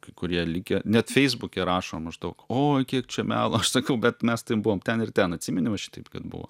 kai kurie likę net feisbuke rašo maždaug oi kiek čia melo aš sakau bet mes ten buvom ten ir ten atsimeni va šitaip kad buvo